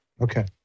okay